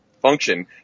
function